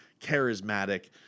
Charismatic